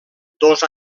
dos